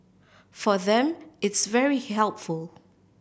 for them it's very helpful